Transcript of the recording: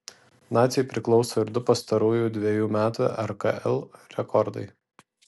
naciui priklauso ir du pastarųjų dvejų metų rkl rekordai